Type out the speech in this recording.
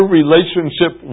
relationship